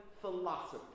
philosophy